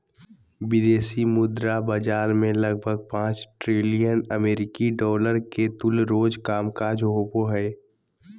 विदेशी मुद्रा बाजार मे लगभग पांच ट्रिलियन अमेरिकी डॉलर के तुल्य रोज कामकाज होवो हय